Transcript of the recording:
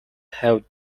have